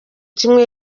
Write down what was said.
kimwe